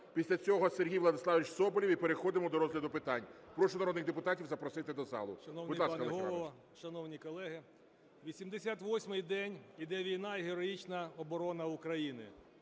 після цього – Сергій Владиславович Соболєв. І переходимо до розгляду питань. Прошу народних депутатів запросити до залу.